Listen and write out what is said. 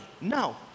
No